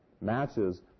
matches